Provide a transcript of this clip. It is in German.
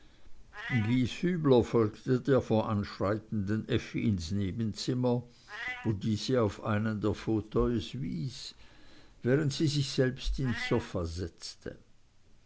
folgte der voranschreitenden effi ins nebenzimmer wo diese auf einen der fauteuils wies während sie sich selbst ins sofa setzte